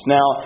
Now